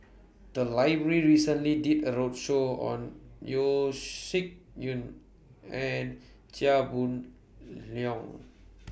The Library recently did A roadshow on Yeo Shih Yun and Chia Boon Leong